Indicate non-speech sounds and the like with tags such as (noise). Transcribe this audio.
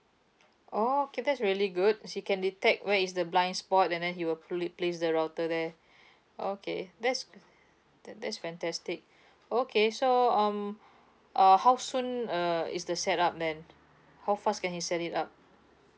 oh okay that's really good he can detect where is the blind spot and then he will probably place the router there (breath) okay that's good that that's fantastic okay so um uh how soon uh is the set up then how fast can he set it up